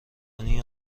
این